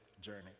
journey